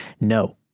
no